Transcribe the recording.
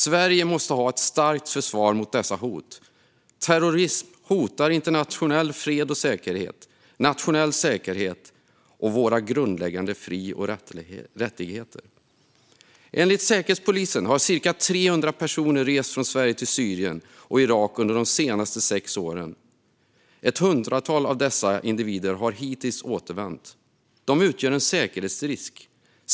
Sverige måste ha ett starkt försvar mot dessa hot. Terrorism hotar internationell fred och säkerhet, nationell säkerhet och våra grundläggande fri och rättigheter. Enligt Säkerhetspolisen har ca 300 personer rest från Sverige till Syrien och Irak under de senaste sex åren. Ett hundratal av dessa individer har hittills återvänt. De utgör en säkerhetsrisk.